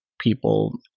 people